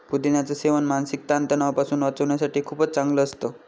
पुदिन्याच सेवन मानसिक ताण तणावापासून वाचण्यासाठी खूपच चांगलं असतं